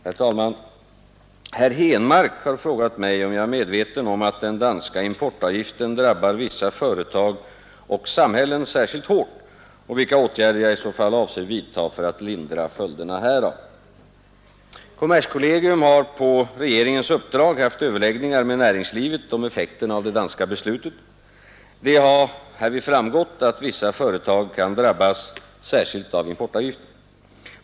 Herr talman! Herr Henmark har frågar mig om jag är medveten om att den danska importavgiften drabbar vissa företag och samhällen särskilt hårt och vilka åtgärder jag i så fall avser vidta för att lindra följderna härav. Kommerskollegium har på regeringens uppdrag haft överläggningar med näringslivet om effekterna av det danska beslutet. Det har härvid framgått att vissa företag kan drabbas särskilt av importavgiften.